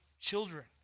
children